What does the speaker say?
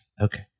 Okay